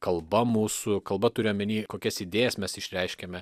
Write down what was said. kalba mūsų kalba turiu omeny kokias idėjas mes išreiškiame